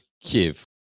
Kiev